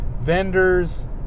vendors